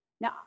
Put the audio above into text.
Now